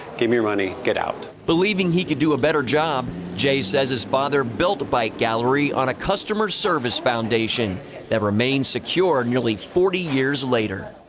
give me your money. get out. believing he could do a better job, jay said his father built bike gallery on a customer service foundation that remains secure nearly forty years later.